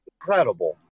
incredible